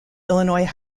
illinois